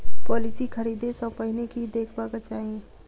Policy खरीदै सँ पहिने की देखबाक चाहि?